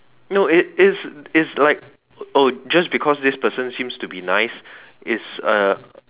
no it it's it's like oh just because this person seems to be nice it's uh